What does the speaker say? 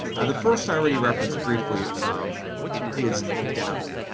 the first i already referenced briefly is dabbling.